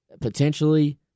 potentially